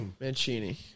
Mancini